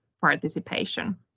participation